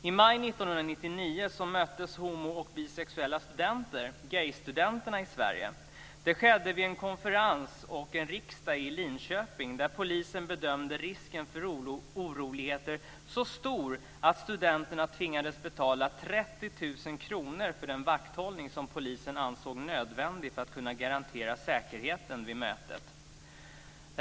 I maj 1999 möttes homo och bisexuella studenter, Gaystudenterna i Sverige. Det skedde vid en konferens och en riksdag i Linköping, där polisen bedömde risken för oroligheter vara så stor att studenterna tvingades betala 30 000 kr för den vakthållning som polisen ansåg nödvändig för att kunna garantera säkerheten vid mötet.